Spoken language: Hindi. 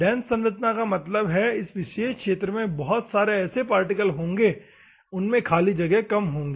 डेन्स संरचना का मतलब है कि एक विशेष क्षेत्र में बहुत सारे ऐसे पार्टिकल्स होंगे उनमे खाली जगह कम होंगी